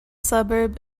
suburb